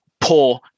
poor